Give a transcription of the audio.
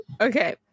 Okay